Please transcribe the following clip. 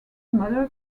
mother